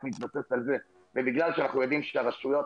מתבסס על זה ובגלל שאנחנו יודעים שהרשויות